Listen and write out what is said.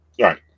Right